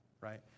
right